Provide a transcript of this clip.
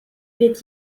wird